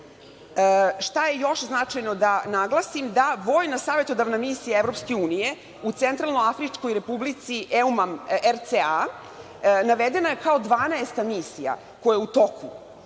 je još značajno da naglasim? Da Vojna savetodavna misija EU u Centralnoafričkoj Republici EUMAM RCA, navedena je kao dvanaesta misija koja je u toku